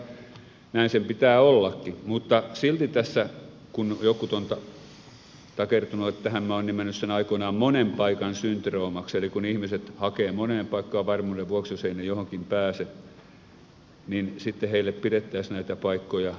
näin sen pitää ollakin mutta silti tässä kun jotkut ovat takertuneet tähän että minä olen nimennyt sen aikoinaan monen paikan syndroomaksi eli kun ihmiset hakevat moneen paikkaan varmuuden vuoksi jos he eivät johonkin pääse niin sitten heille pidettäisiin näitä paikkoja